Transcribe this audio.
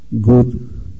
good